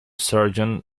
sergeant